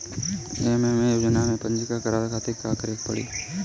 SMAM योजना में पंजीकरण करावे खातिर का का करे के पड़ी?